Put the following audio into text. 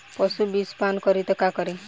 पशु विषपान करी त का करी?